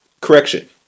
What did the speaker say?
correction